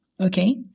okay